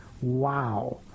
Wow